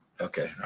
Okay